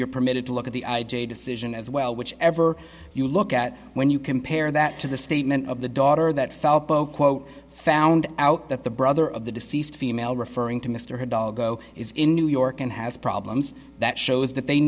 you're permitted to look at the decision as well whichever you look at when you compare that to the statement of the daughter that felt both quote found out that the brother of the deceased female referring to mr her dago is in new york and has problems that shows that they